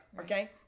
okay